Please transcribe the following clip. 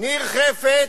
ניר חפץ,